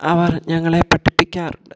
അവർ ഞങ്ങളെ പഠിപ്പിക്കാറുണ്ട്